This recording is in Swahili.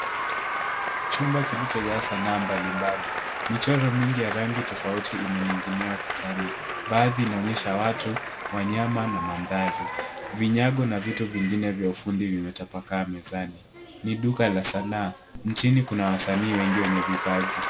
Chumba kilichojaa sanaa mbali mbali. Michoro mingi ya rangi tofauti imening'inia ukutani. Baadhi inaonyesha watu, wanyama, na mandhari. Vinyago na vitu vingine vya ufundi vimetapakaa mezani. Ni duka la sanaa. Nchini kuna wasanii wengi wenye vipaji.